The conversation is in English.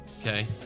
Okay